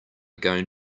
going